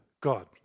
God